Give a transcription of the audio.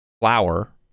flour